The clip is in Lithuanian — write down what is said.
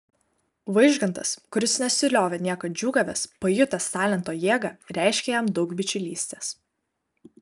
vaižgantas kuris nesiliovė niekad džiūgavęs pajutęs talento jėgą reiškė jam daug bičiulystės